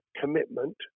commitment